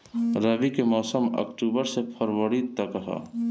रबी के मौसम अक्टूबर से फ़रवरी तक ह